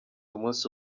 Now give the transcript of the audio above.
umunsi